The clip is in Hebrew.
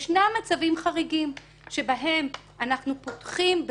ישנם מצבים חריגים שבהם אנחנו פותחים.